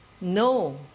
no